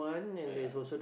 ah ya